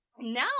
no